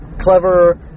clever